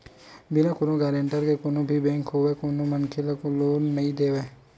बिना कोनो गारेंटर के कोनो भी बेंक होवय कोनो मनखे ल लोन नइ देवय